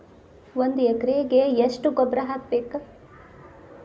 ಒಂದ್ ಎಕರೆಗೆ ಎಷ್ಟ ಗೊಬ್ಬರ ಹಾಕ್ಬೇಕ್?